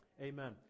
Amen